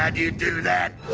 and you do that?